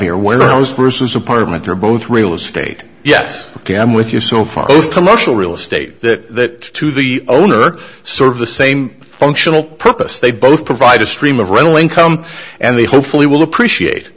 here when i was versus apartment they're both real estate yes ok i'm with you so far both commercial real estate that to the owner sort of the same functional purpose they both provide a stream of rental income and they hopefully will appreciate